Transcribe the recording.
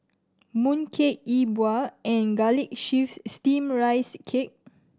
mooncake Yi Bua and Garlic Chives Steamed Rice Cake